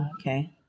Okay